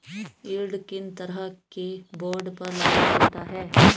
Yield किन तरह के बॉन्ड पर लागू होता है?